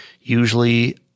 usually